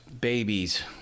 babies